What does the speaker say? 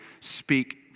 speak